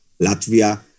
Latvia